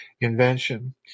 invention